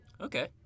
Okay